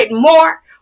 more